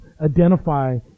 identify